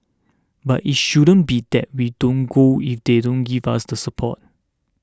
but it shouldn't be that we don't go if they don't give us the support